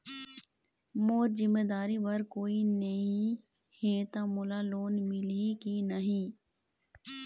मोर जिम्मेदारी बर कोई नहीं हे त मोला लोन मिलही की नहीं?